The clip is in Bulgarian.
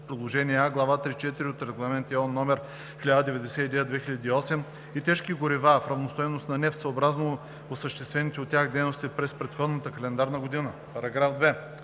приложение А, глава 3.4 от Регламент (ЕО) № 1099/2008 и тежки горива в равностойност на нефт съобразно осъществените от тях дейности през предходната календарна година. (2)